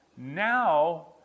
Now